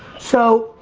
so,